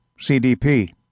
CDP